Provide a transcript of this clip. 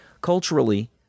Culturally